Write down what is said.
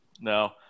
No